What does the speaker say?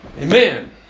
Amen